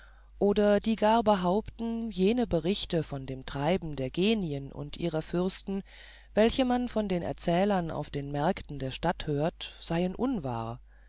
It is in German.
oder die gar behaupten jene berichte von dem treiben der genien und ihrer fürsten welche man von den erzählern auf den märkten der stadt hört seien unwahr